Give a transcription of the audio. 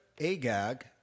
Agag